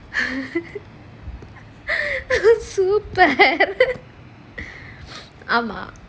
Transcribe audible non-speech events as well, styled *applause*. *laughs* super *laughs*